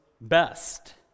best